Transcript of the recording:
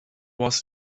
was